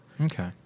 okay